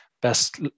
best